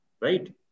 right